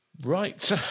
right